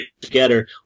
together